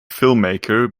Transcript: filmmaker